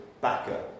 backer